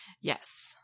Yes